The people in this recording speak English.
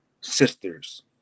sisters